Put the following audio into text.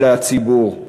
אלא הציבור.